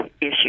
issue